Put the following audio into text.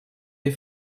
des